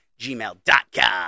gmail.com